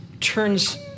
turns